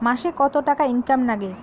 মাসে কত টাকা ইনকাম নাগে?